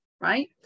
Right